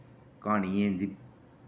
क्हानी ऐ इं'दी